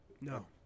No